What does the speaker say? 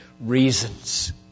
reasons